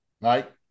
Right